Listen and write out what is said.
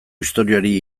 historiari